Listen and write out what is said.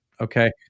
okay